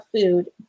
food